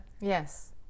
Yes